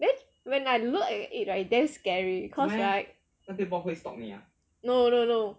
then when I look at it right its damn scary cause right no no no